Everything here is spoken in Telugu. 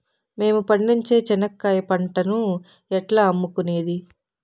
మేము పండించే చెనక్కాయ పంటను ఎట్లా అమ్ముకునేది?